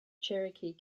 cherokee